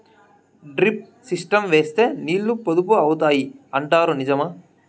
Drip system వేస్తే నీళ్లు పొదుపు అవుతాయి అంటారు నిజమా?